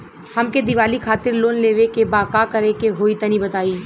हमके दीवाली खातिर लोन लेवे के बा का करे के होई तनि बताई?